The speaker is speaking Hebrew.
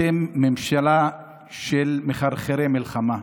אתם ממשלה של מחרחרי מלחמה,